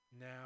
now